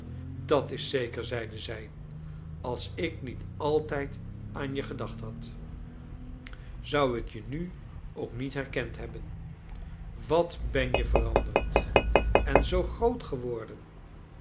dat is zeker zeide zij als ik niet altijd aan je gedacht had zou ik je nu ook niet herkend hebben wat ben je veranderd en zoo groot geworden